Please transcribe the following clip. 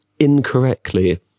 incorrectly